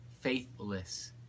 faithless